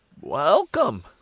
welcome